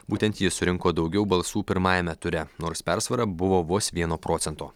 būtent ji surinko daugiau balsų pirmajame ture nors persvara buvo vos vieno procento